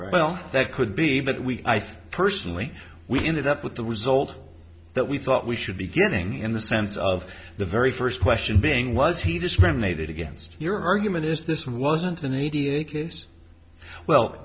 well that could be but we i think personally we ended up with the result that we thought we should be getting in the sense of the very first question being was he discriminated against your argument is this wasn't